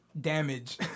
damage